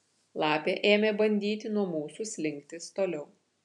lapė ėmė bandyti nuo mūsų slinktis toliau